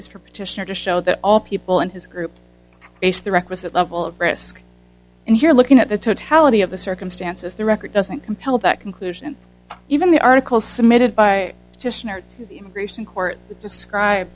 is for petitioner to show that all people in his group face the requisite level of risk and here looking at the totality of the circumstances the record doesn't compel that conclusion even the article submitted by the immigration court